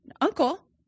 Uncle